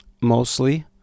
mostly